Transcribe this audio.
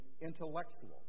intellectual